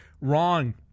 wrong